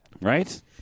Right